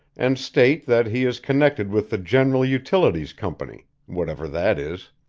and state that he is connected with the general utilities company whatever that is.